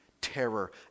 Terror